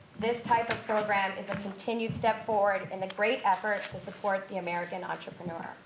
this type of program is a continued step forward in the great effort to support the american entrepreneur.